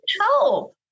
help